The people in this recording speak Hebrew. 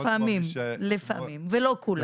לפעמים, ולא כולם.